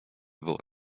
było